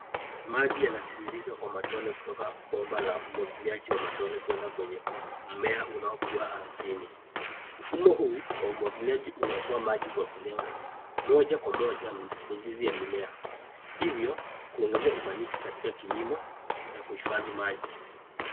Maji yanatiririka kwa matone kutoka bomba la umwagiliaji wa matone kuenda kwa mmea unaokua ardhini. Mfumo huu wa umwagiliaji unaokoa maji kwa kulenga moja kwa moja mizizi ya mimea, hivyo kuongezea ufanisi katika kilimo na kuhifadhi maji.